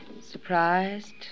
Surprised